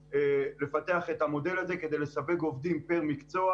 לפתח את המודל הזה כדי לסווג עובדים פר למקצוע,